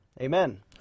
amen